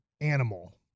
animal